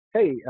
Hey